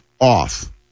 off